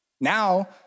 Now